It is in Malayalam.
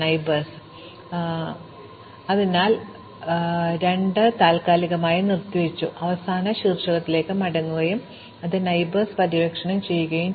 അതിനാൽ നമ്മൾ പോകണം ഞങ്ങൾ 2 എന്ന് താൽക്കാലികമായി നിർത്തിവച്ച അവസാന ശീർഷകത്തിലേക്ക് മടങ്ങുകയും അത് അയൽവാസികളാണെന്ന് പര്യവേക്ഷണം ചെയ്യുകയും വേണം